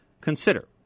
Consider